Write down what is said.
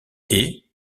est